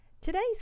Today's